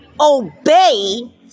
obey